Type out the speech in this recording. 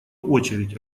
очередь